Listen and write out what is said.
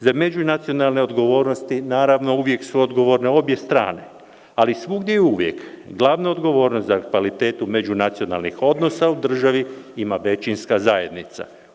Za međunacionalne odgovornosti naravno uvjek su odgovorne obje strane, ali svugdje i uvjek glavnu odgovornost za kvalitet međunacionalnih odnosa u državi ima većinska zajednica.